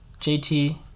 JT